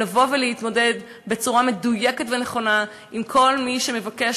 לבוא ולהתמודד בצורה מדויקת ונכונה עם כל מי שמבקש